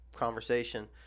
conversation